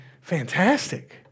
fantastic